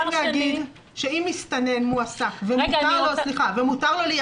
אנחנו רוצים להגיד שאם מסתנן מועסק ומותר לו,